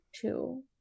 Two